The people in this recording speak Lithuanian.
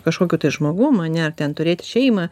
kažkokiu tai žmogum ane ten turėti šeimą